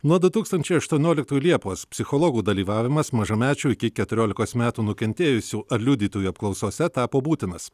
nuo du tūkstančiai aštuonioliktųjų liepos psichologų dalyvavimas mažamečių iki keturiolikos metų nukentėjusių ar liudytojų apklausose tapo būtinas